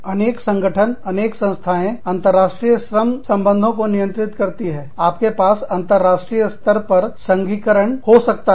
अनेक संगठन अनेक संस्थाएं अंतर्राष्ट्रीय श्रम संबंधों को नियंत्रित करती हैं आपके पास अंतरराष्ट्रीय स्तर पर संघीकरण यूनियन बाजी हो सकता है